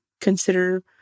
consider